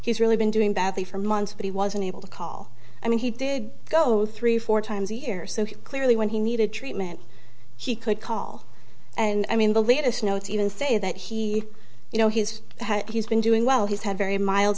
he's really been doing badly for months but he wasn't able to call i mean he did go three four times a year so he clearly when he needed treatment he could call and i mean the latest notes even say that he you know he's had he's been doing well he's had very mild